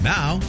Now